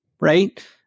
right